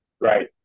Right